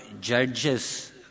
judges